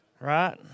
right